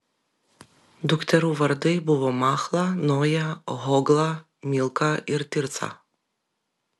dukterų vardai buvo machla noja hogla milka ir tirca